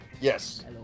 yes